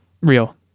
real